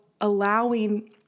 allowing